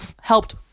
helped